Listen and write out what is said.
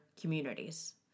communities